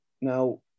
now